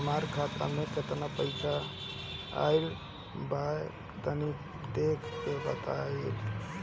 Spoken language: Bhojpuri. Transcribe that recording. हमार खाता मे केतना पईसा आइल बा तनि देख के बतईब?